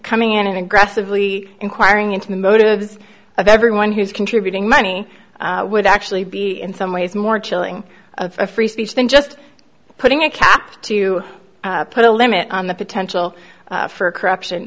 coming in and aggressively inquiring into the motives of everyone who's contributing money would actually be in some ways more chilling of free speech than just putting a cap to put a limit on the potential for corruption